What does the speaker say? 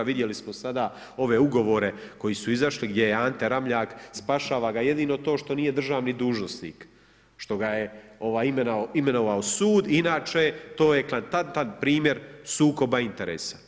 Vidjeli smo sada ove ugovore koji su izašli gdje je Ante Ramljak, spašava ga jedino to što nije državni dužnosnik, što ga je imenovao sud inače to je eklatantan primjer sukoba interesa.